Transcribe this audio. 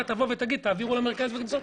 תגיד: תעבירו למרכז לגביית קנסות,